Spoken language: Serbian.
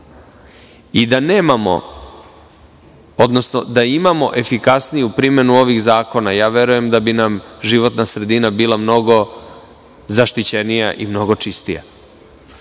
Da imamo efikasniju primenu ovih zakona, verujem da bi nam životna sredina bila mnogo zaštićenija i mnogo čistija.